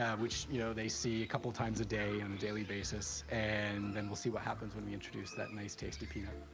um which you know they see a couple times a day on a daily basis. and then we'll see what happens when we introduce that nice, tasty peanut.